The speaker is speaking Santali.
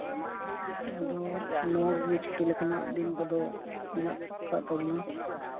ᱟᱫᱚ ᱱᱚᱣᱟ ᱠᱚᱜᱮ ᱪᱷᱩᱴᱤ ᱞᱮᱠᱟᱱᱟᱜ ᱫᱤᱱ ᱠᱚᱫᱚ ᱢᱮᱱᱟᱜ ᱟᱠᱟᱫ ᱛᱟᱵᱚᱱᱟ